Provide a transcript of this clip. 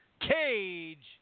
Cage